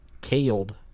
Killed